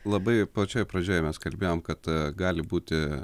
labai pačioj pradžioj mes kalbėjom kad gali būti